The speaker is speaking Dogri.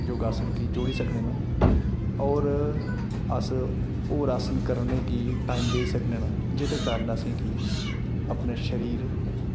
योगा आसन गी जोड़ी सकने न होर अस होर आसन करने गी टाइम देई सकने न जेह्दे कारण असें गी अपने शरीर